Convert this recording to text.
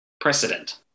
precedent